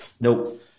Nope